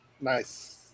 Nice